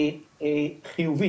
חיובית.